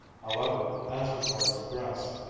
however, as regards dress,